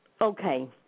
Okay